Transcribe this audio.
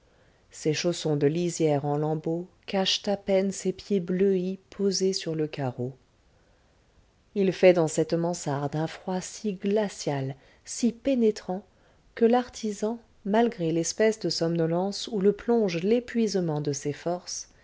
ses chaussons de lisière en lambeaux cachent à peine ses pieds bleuis posés sur le carreau il fait dans cette mansarde un froid si glacial si pénétrant que l'artisan malgré l'espèce de somnolence où le plonge l'épuisement de ses forces